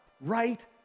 right